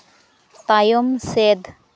ᱛᱟᱭᱚᱢ ᱥᱮᱫ